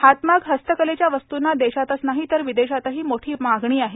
हातमाग हस्तकलेच्या वस्तूंना देशातच नाही तर विदेशातही मोठी मागणी आहे